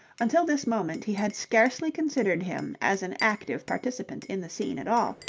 until this moment he had scarcely considered him as an active participant in the scene at all,